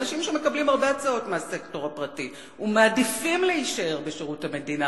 אנשים שמקבלים הרבה הצעות מהסקטור הפרטי ומעדיפים להישאר בשירות המדינה,